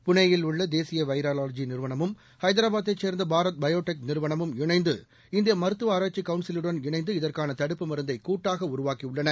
புனே யில் உள்ள தேசிய வைரலாஜி நிலையமும் ஹைதராபாத்தைச் சேர்ந்த பாரத் பயோடெக் நிறுவனமும் இணைந்து இந்திய மருத்துவ ஆராய்ச்சிக் கவுள்சிலுடன் இணைந்து இதற்கான தடுப்பு மருந்தை கூட்டாக உருவாக்கியுள்ளன